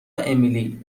امیلی